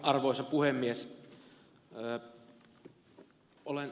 arvoisa puhemies